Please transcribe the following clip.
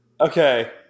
okay